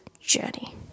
journey